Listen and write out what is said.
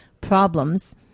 problems